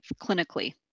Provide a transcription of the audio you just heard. clinically